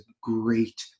great